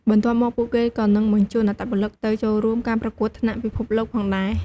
បន្ទាប់មកពួកគេក៏នឹងបញ្ជូនអត្តពលិកទៅចូលរួមការប្រកួតថ្នាក់ពិភពលោកផងដែរ។